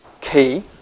key